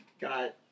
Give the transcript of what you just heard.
got